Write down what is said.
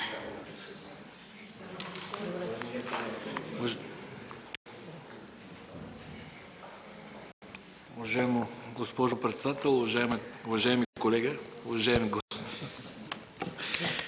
Уважаема госпожо председател, уважаеми колеги! Уважаеми господин